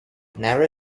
nara